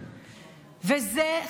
וזה,